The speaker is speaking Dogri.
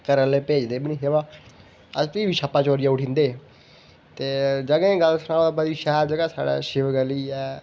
घरै आह्ले भेजदे बी निं हे बाऽ अस प्ही बी छप्पे चोरिया उठी जंदे हे ते जगहें दी गल्ल सनांऽ ते साढ़े कश शिवगली ऐ